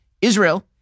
Israel